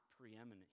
preeminent